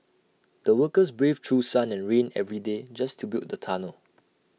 the workers braved through sun and rain every day just to build the tunnel